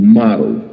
model